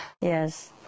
Yes